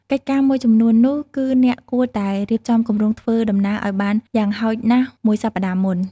កិច្ចការមួយសំខាន់នោះគឺអ្នកគួរតែ រៀបចំគម្រោងធ្វើដំណើរឱ្យបានយ៉ាងហោចណាស់មួយសប្ដាហ៍មុន។